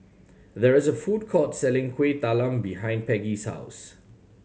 there is a food court selling Kuih Talam behind Peggie's house